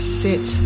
sit